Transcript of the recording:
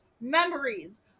memories